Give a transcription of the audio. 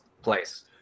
place